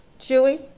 Chewy